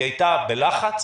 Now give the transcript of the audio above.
היא הייתה בלחץ.